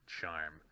charm